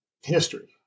history